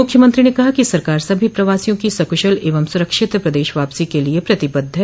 मुख्यमंत्री ने कहा कि सरकार सभी प्रवासियों की सकुशल एवं सुरक्षित प्रदेश वापसी के लिए प्रतिबद्ध है